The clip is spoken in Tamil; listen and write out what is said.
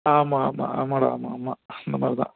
ஆமாம் ஆமாம் ஆமாடா ஆமாம் ஆமாம் இந்த மாதிரி தான்